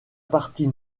partie